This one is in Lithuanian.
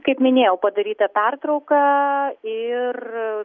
kaip minėjau padaryta pertrauka ir